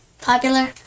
popular